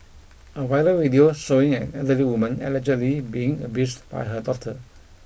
a viral video showing an elderly woman allegedly being abused by her daughter